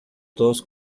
dos